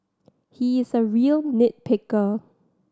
he is a real nit picker